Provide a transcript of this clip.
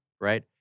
right